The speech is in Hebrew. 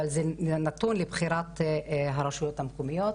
אבל זה נתון לבחירת הרשויות המקומיות.